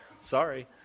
Sorry